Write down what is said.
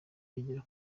wigira